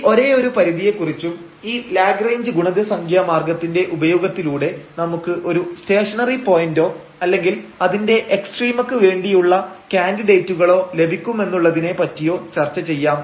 ഈ ഒരേയൊരു പരിധിയെ കുറിച്ചും ഈ ലാഗ്റേഞ്ച് ഗുണിതസംഖ്യ മാർഗ്ഗത്തിന്റെ ഉപയോഗത്തിലൂടെ നമുക്ക് ഒരു സ്റ്റേഷനറി പോയന്റോ അല്ലെങ്കിൽ അതിന്റെ എക്സ്ട്രീമക്ക് വേണ്ടിയുള്ള കാന്ഡിഡേറ്റുകളോ ലഭിക്കുമെന്നുള്ളതിനെ പറ്റിയോ ചർച്ച ചെയ്യാം